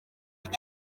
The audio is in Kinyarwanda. cyo